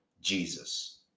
Jesus